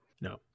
No